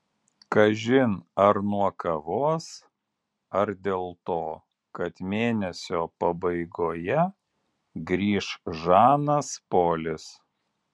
kažin ar nuo kavos ar dėl to kad mėnesio pabaigoje grįš žanas polis